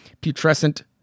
putrescent